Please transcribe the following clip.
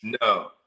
No